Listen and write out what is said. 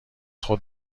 خود